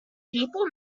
people